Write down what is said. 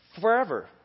forever